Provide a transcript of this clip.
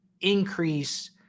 increase